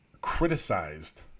criticized